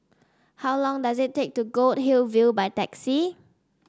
how long does it take to go to Goldhill View by taxi